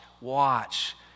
watch